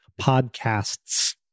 podcasts